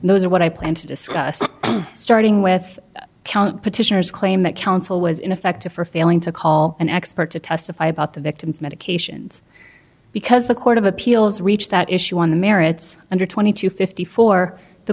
those are what i plan to discuss starting with count petitioners claim that council was ineffective for failing to call an expert to testify about the victim's medications because the court of appeals reached that issue on the merits under twenty two fifty four the